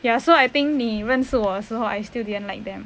ya so I think 你认识我的时候 I still didn't like them